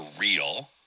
real